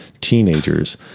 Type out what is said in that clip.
teenagers